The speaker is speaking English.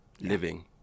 living